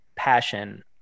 passion